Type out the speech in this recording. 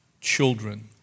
children